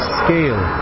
scale